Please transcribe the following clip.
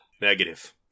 Negative